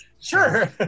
Sure